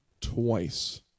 twice